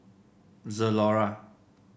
zalora